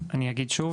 אני אגיד שוב,